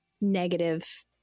negative